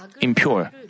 impure